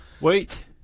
Wait